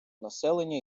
населення